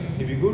mm